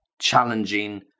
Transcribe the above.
challenging